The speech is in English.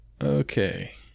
okay